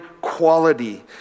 quality